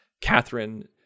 Catherine